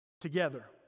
together